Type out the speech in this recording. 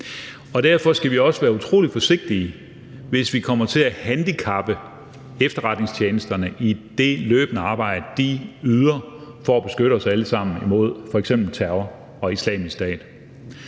Derfor skal vi også være utrolig forsigtige, hvis vi kommer til at handicappe efterretningstjenesterne i det løbende arbejde, de yder, for at beskytte os alle sammen mod f.eks. terror fra Islamisk Stat.